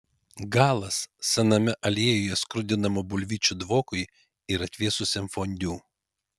galas sename aliejuje skrudinamų bulvyčių dvokui ir atvėsusiam fondiu